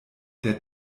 der